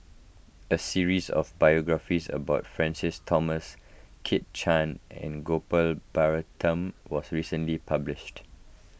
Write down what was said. a series of biographies about Francis Thomas Kit Chan and Gopal Baratham was recently published